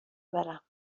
برم